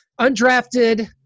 undrafted